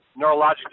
neurologic